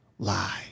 lie